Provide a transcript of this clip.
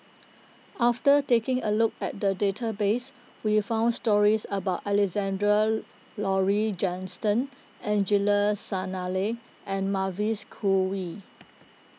after taking a look at the database we found stories about Alexander Laurie Johnston Angelo Sanelli and Mavis Khoo Oei